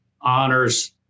honors